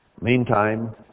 Meantime